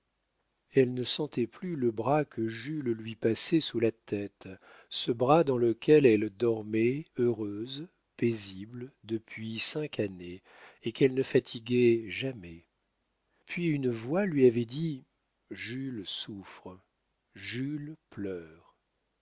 elle ne sentait plus le bras que jules lui passait sous la tête ce bras dans lequel elle dormait heureuse paisible depuis cinq années et qu'elle ne fatiguait jamais puis une voix lui avait dit jules souffre jules pleure